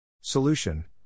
Solution